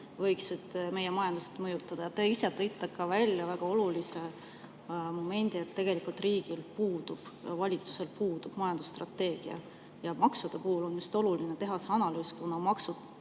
võiksid meie majandust mõjutada. Te ise tõite välja väga olulise momendi, et tegelikult riigil puudub, valitsusel puudub majandusstrateegia. Ja maksude puhul on just oluline teha see analüüs, kuna maksud